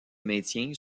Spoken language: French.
maintien